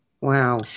Wow